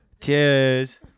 Cheers